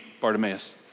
Bartimaeus